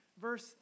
Verse